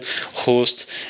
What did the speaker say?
host